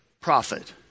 profit